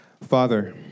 Father